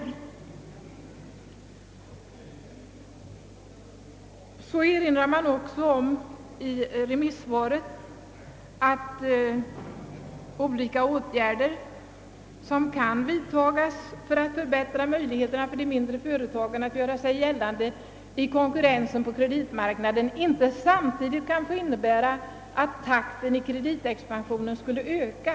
Vidare erinrar bankofullmäktige om att »de olika åtgärder, som kan vidtagas för att förbättra möjligheterna för t.ex. de mindre företagen att göra sig gällande i konkurrensen på kreditmarknaden, inte samtidigt kan få innebära, att takten i kreditexpansionen skulle öka.